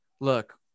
look